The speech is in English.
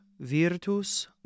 VIRTUS